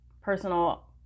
personal